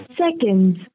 seconds